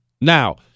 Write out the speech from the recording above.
Now